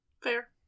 Fair